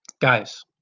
Guys